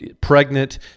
pregnant